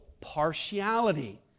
partiality